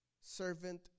servant